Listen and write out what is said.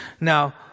Now